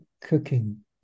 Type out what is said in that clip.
cooking